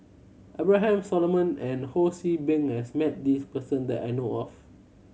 Abraham Solomon and Ho See Beng has met this person that I know of